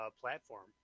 platform